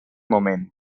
moment